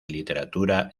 literatura